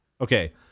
Okay